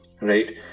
right